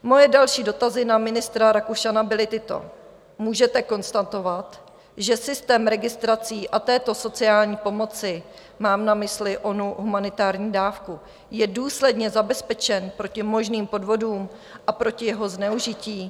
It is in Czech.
Moje další dotazy na ministra Rakušana byly tyto: Můžete konstatovat, že systém registrací a této sociální pomoci, mám na mysli onu humanitární dávku, je důsledně zabezpečen proti možným podvodům a proti jeho zneužití?